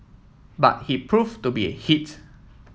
but he proved to be a hit